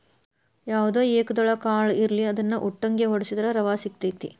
ಯಾವ್ದ ಏಕದಳ ಕಾಳ ಇರ್ಲಿ ಅದ್ನಾ ಉಟ್ಟಂಗೆ ವಡ್ಸಿದ್ರ ರವಾ ಸಿಗತೈತಿ